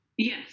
Yes